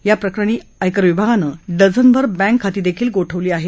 याप्रकरणी आयकर विभागानं डझनभर बँकखातीही गोठवली आहेत